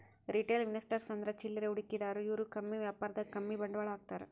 retail investors ಅಂದ್ರ ಚಿಲ್ಲರೆ ಹೂಡಿಕೆದಾರು ಇವ್ರು ಕಮ್ಮಿ ವ್ಯಾಪಾರದಾಗ್ ಕಮ್ಮಿ ಬಂಡವಾಳ್ ಹಾಕ್ತಾರ್